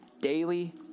Daily